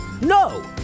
No